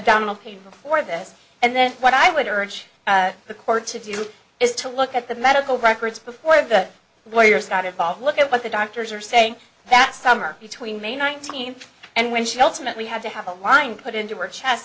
adonal pain before this and then what i would urge the court to do is to look at the medical records before the lawyers not involved look at what the doctors are saying that summer between may nineteenth and when she ultimately had to have a line put into words chest